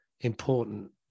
important